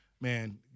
man